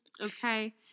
Okay